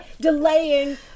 delaying